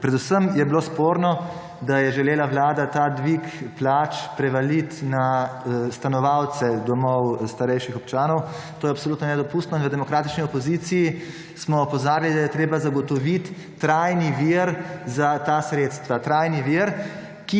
predvsem je bilo sporno, da je želela Vlada ta dvig plač prevaliti na stanovalce domov starejših občanov. To je absolutno nedopustno in v demokratični opoziciji smo opozarjali, da je treba zagotoviti trajni vir za ta sredstva. Trajni vir,